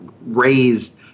raised